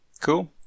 Cool